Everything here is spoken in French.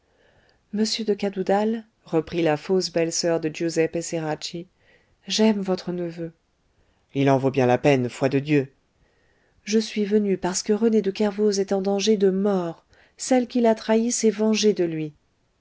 monsieur de cadoudal reprit la fausse belle-soeur de guiseppe ceracchi j'aime votre neveu il en vaut bien la peine foi de dieu je suis venue parce que rené de kervoz est en danger de mort celle qu'il a trahie s'est vengée de lui